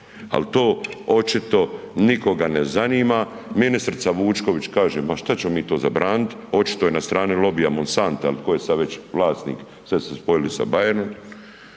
Al to očito nikoga ne zanima, ministrica Vučković kaže ma šta ćemo mi to zabranit, očito je na strani lobija Monsanta ili ko je sad već vlasnik, sve su spojili sa Bayerom,